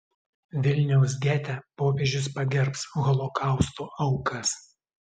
vilniaus gete popiežius pagerbs holokausto aukas